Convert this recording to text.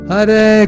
Hare